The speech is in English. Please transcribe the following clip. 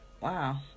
wow